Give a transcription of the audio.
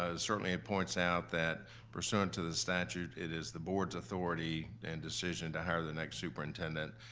ah certainly it points out that pursuant to the statute, it is the board's authority and decision to hire the next superintendent.